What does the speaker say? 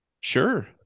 Sure